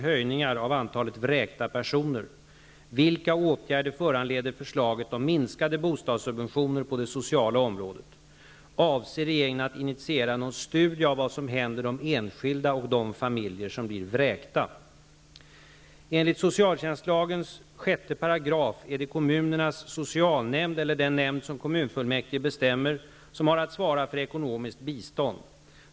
Eva Zetterberg har frågat mig: Enligt socialtjänstlagens 6 § är det kommunernas socialnämnd, eller den nämnd som kommunfullmäktige bestämmer, som har att svara för ekonomiskt bistånd.